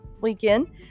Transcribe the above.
weekend